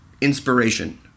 inspiration